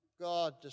God